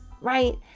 Right